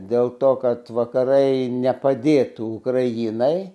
dėl to kad vakarai nepadėtų ukrainai